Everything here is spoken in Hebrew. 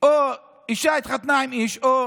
אישה התחתנה עם איש, או